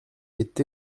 est